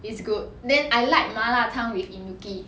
it's good then I like 麻辣烫 with enoki